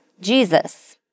Jesus